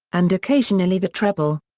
and occasionally the treble.